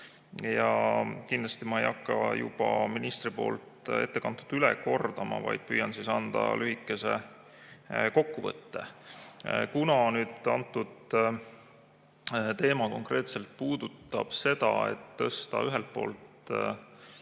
Kindlasti ei hakka ma juba ministri ettekantut üle kordama, vaid püüan anda lühikese kokkuvõtte. Kuna antud teema konkreetselt puudutab seda, et tõsta ühelt poolt